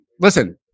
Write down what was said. Listen